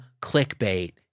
clickbait